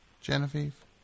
Genevieve